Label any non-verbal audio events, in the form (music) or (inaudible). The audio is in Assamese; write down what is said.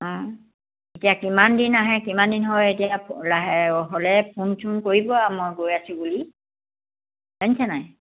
অঁ এতিয়া কিমান দিন আহে কিমান দিন হয় এতিয়া (unintelligible) হ'লে ফোন চোন কৰিব আৰু মই গৈ আছোঁ বুলি জানিছা নাই